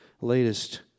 latest